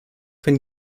wenn